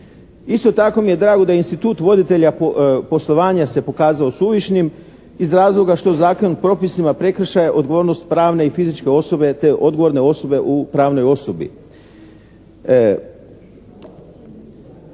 Isto tako mi je drago da je institut voditelja poslovanja se pokazao suvišnim iz razloga što Zakon propisima prekršaje odgovornost pravne i fizičke osobe te odgovorne osobe u pravnoj osobi.